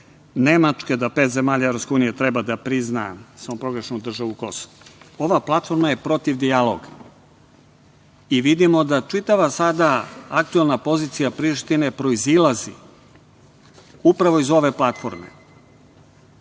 Nemačke, da pet zemalja EU treba da prizna samoproglašenu državu „Kosovo“.Ova platforma je protiv dijaloga i vidimo da čitava sada aktuelna pozicija Prištine proizilazi upravo iz ove platforme.